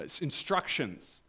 Instructions